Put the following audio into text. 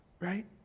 right